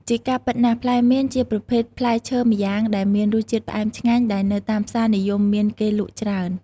ជាការពិតណាស់ ផ្លែមៀនជាប្រភេទផ្លែឈើម្យ៉ាងដែរមានរសជាតិផ្អែមឆ្ងាញ់ ដែលនៅតាមផ្សារនិយមមានគេលក់ច្រើន។